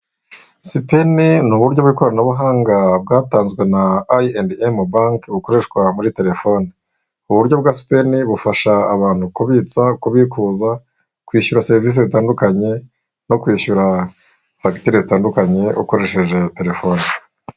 SPENN ni uburyo bw'ikoranabuhanga bwatanzwe na I&M Banki bukoreshwa muri telefoni. Uburyo bwa SPENN bufasha abantu kubitsa, kubikuza, kwishyura serivisi zitandukanye, no kwishyura fagitire zitandukanye ukoresheje telefoni.